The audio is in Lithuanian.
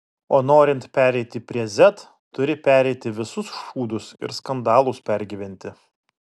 o norint pereiti prie z turi pereiti visus šūdus ir skandalus pergyventi